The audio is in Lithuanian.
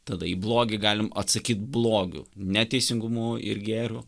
tada į blogį galim atsakyt blogiu ne teisingumu ir gėriu